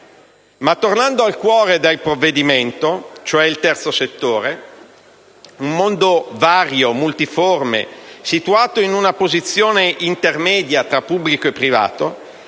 Ma tornando al cuore del provvedimento, esso tratta del terzo settore: un mondo vario, multiforme, situato in posizione intermedia tra pubblico e privato